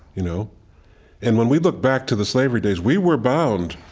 you know and when we look back to the slavery days, we were bound,